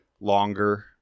longer